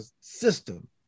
system